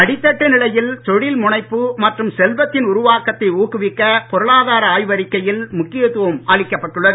அடித்தட்டு நிலையில் தொழில் முனைப்பு மற்றும் செல்வத்தின் ஊக்குவிக்க பொருளாதார உருவாக்கத்தை ஆய்வறிக்கையில் முக்கியத்துவம் அளிக்கப்பட்டுள்ளது